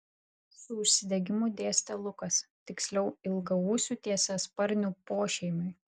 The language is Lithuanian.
su užsidegimu dėstė lukas tiksliau ilgaūsių tiesiasparnių pošeimiui